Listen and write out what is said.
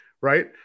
right